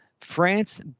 France